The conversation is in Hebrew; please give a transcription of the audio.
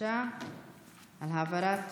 בקשה להעברת